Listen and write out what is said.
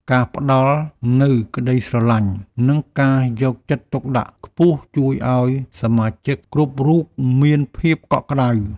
ការផ្តល់នូវក្តីស្រឡាញ់ និងការយកចិត្តទុកដាក់ខ្ពស់ជួយឱ្យសមាជិកគ្រប់រូបមានភាពកក់ក្តៅ។